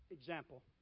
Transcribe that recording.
example